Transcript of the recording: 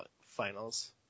finals